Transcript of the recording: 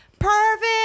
perfect